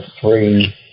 three